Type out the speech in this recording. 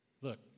look